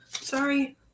Sorry